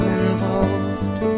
involved